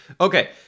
Okay